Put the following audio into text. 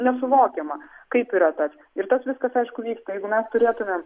nesuvokiama kaip yra tas ir tas viskas aišku vyksta jeigu mes turėtumėm